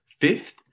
fifth